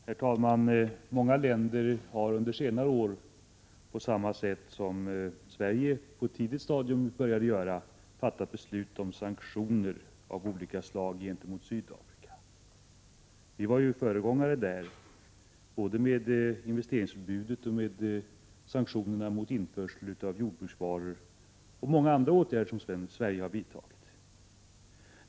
Herr talman! Många länder har under senare år, på samma sätt som Sverige tidigare gjort, fattat beslut om sanktioner av olika slag gentemot Sydafrika. Vi var föregångare, både med investeringsförbudet, med sanktionerna mot införsel av jordbruksvaror m.fl. åtgärder.